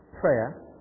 prayer